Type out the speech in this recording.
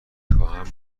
خواهم